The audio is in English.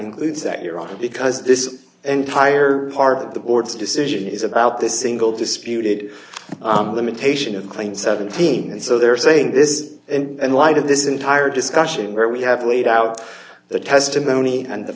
includes that you're off because this entire part of the board's decision is about this ingle disputed limitation of claim seventeen and so they're saying this is in light of this entire discussion where we have laid out the testimony and the